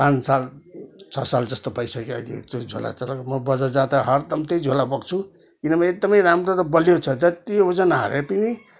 पाँच साल छ साल जस्तो भइसक्यो अहिले जुन झोला चलाएको म बजार जाँदा हरदम त्यही झोला बोक्छु किनभने एकदमै राम्रो र बलियो छ जति ओजन हाले पनि